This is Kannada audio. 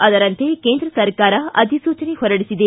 ಅದರಂತೆ ಕೇಂದ್ರ ಸರ್ಕಾರ ಅಧಿಸೂಚನೆ ಹೊರಡಿಸಿದೆ